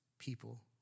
People